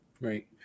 Right